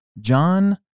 John